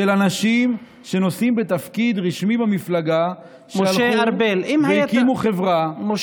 של אנשים שנושאים בתפקיד רשמי במפלגה שהלכו והקימו חברה,